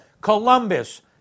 Columbus